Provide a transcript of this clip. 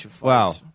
Wow